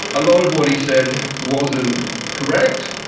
a lot of what he said wasn't correct,